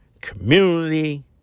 community